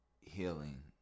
healing